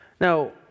now